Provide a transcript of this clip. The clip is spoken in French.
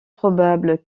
probable